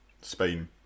Spain